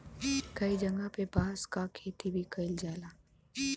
कई जगह पे बांस क खेती भी कईल जाला